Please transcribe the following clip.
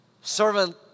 servant